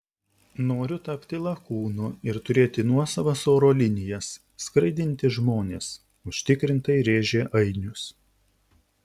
noriu tapti lakūnu ir turėti nuosavas oro linijas skraidinti žmones užtikrintai rėžė ainius